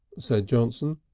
said johnson,